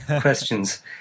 questions